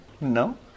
No